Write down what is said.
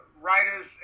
writers